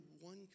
one